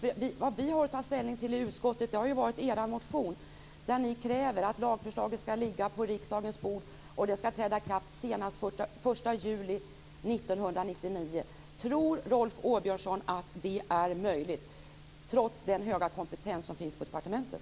Vi har i utskottet tagit ställning till er motion där ni kräver att lagförslaget skall träda i kraft senast den 1 juli 1999. Tror Rolf Åbjörnsson att det är möjligt, trots den höga kompetens som finns på departementet?